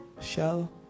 Shell